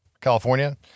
California